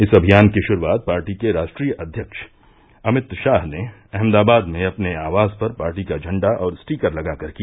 इस अभियान की शुरूआत पार्टी के राष्ट्रीय अध्यक्ष अमित शाह ने अहमदाबाद में अपने आवास पर पार्टी का झंडा और स्टीकर लगाकर किया